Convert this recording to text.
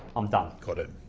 i'm done. got it.